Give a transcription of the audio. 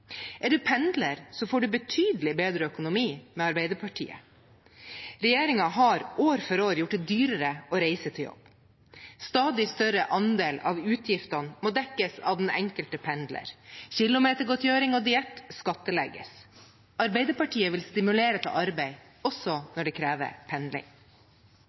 Er du pendler, får du betydelig bedre økonomi med Arbeiderpartiet. Regjeringen har år for år gjort det dyrere å reise til jobb. En stadig større andel av utgiftene må dekkes av den enkelte pendler. Kilometergodtgjøring og diett skattlegges. Arbeiderpartiet vil stimulere til arbeid, også når det krever pendling.